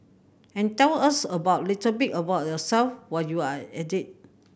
and tell us about little bit about yourself while you're at it